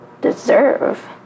deserve